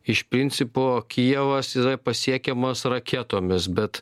iš principo kijevas yra pasiekiamas raketomis bet